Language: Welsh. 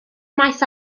maes